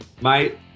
mate